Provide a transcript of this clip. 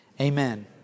amen